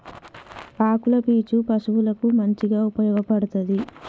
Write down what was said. ఆకుల పీచు పశువులకు మంచిగా ఉపయోగపడ్తది